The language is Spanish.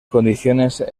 condiciones